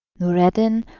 noureddin,